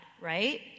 right